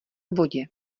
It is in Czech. vodě